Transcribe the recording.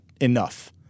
enough